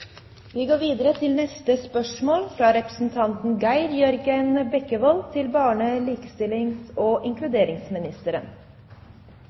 Vi går videre til neste hovedspørsmål. Mitt spørsmål går til barne- og